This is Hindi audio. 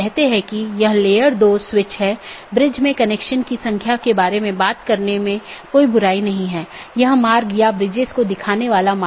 सत्र का उपयोग राउटिंग सूचनाओं के आदान प्रदान के लिए किया जाता है और पड़ोसी जीवित संदेश भेजकर सत्र की स्थिति की निगरानी करते हैं